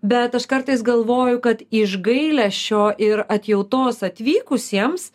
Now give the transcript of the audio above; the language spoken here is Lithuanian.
bet aš kartais galvoju kad iš gailesčio ir atjautos atvykusiems